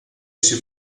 essi